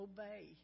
Obey